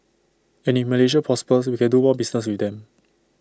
and if Malaysia prospers we can do more business with them